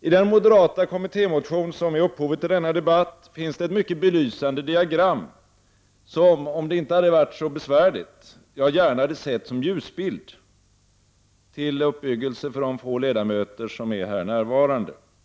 I den moderata kommittémotion som är upphovet till denna debatt finns det ett mycket belysande diagram som jag, om det inte hade varit så besvärligt, gärna hade visat som en ljusbild — till uppbyggelse för de få ledamöter som just nu är närvarande här i kammaren.